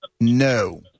No